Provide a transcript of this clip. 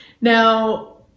Now